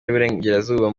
y’uburengerazuba